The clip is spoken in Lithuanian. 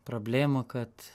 prablėmų kad